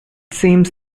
seems